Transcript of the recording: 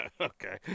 Okay